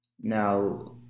Now